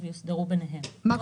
אתה לא